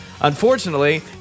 Unfortunately